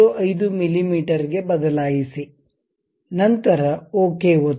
05 ಮಿಮೀ ಗೆ ಬದಲಾಯಿಸಿ ನಂತರ ಓಕೆ ಒತ್ತಿ